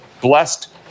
blessed